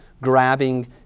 grabbing